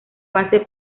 base